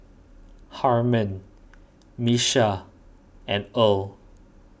Harman Miesha and Earl